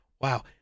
Wow